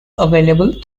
available